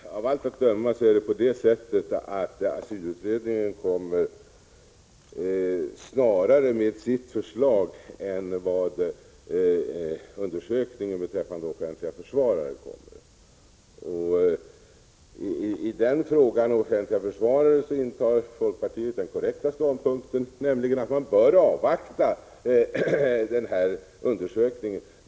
Herr talman! Av allt att döma kommer asylutredningen, Lars Sundin, att lägga fram sitt förslag tidigare än vad undersökningen beträffande offentlig försvarare kommer att göra. I frågan om offentlig försvarare intar folkpartiet den korrekta ståndpunkten att man bör avvakta undersökningen.